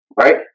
Right